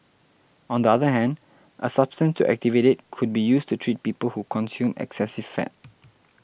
on the other hand a substance to activate it could be used to treat people who consume excessive fat